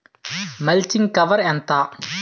Mulching cover ఎంత?